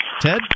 Ted